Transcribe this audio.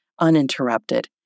uninterrupted